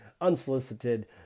unsolicited